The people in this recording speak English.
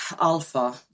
alpha